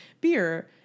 beer